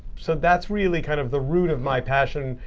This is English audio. so that's really kind of the root of my passion,